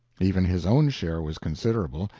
even his own share was considerable,